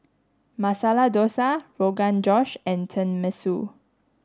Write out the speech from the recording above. Masala Dosa Rogan Josh and Tenmusu